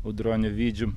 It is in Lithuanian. audronio vydžium